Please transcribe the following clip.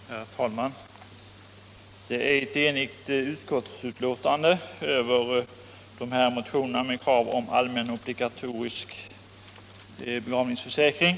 Herr talman! Det föreligger ett enhälligt utskottsbetänkande över motionerna med krav om allmän obligatorisk begravningsförsäkring.